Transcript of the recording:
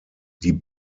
die